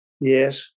Yes